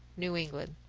new england.